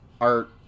art